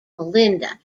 melinda